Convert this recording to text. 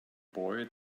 boy